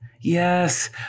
Yes